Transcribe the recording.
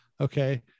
Okay